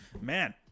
Man